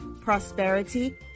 prosperity